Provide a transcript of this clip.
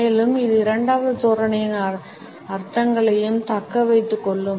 மேலும் இது இரண்டாவது தோரணையின் அர்த்தங்களையும் தக்க வைத்துக் கொள்ளும்